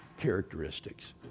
characteristics